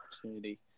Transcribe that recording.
opportunity